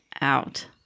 out